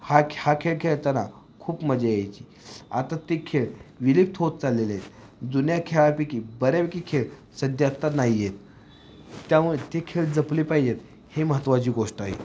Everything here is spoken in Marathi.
हा खे हा खेळ खेळताना खूप मजा यायची आता ते खेळ विरक्त होत चाललेले आहेत जुन्या खेळापैकी बऱ्यापैकी खेळ सध्या आता नाही आहेत त्यामुळे ते खेळ जपले पाहिजेत हे महत्त्वाची गोष्ट आहे